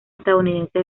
estadounidense